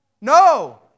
No